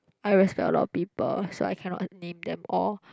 I respect a lot of people so I cannot name them all